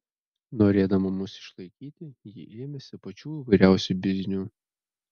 norėdama mus išlaikyti ji ėmėsi pačių įvairiausių biznių